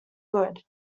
good